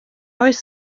oes